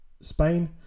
Spain